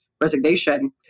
resignation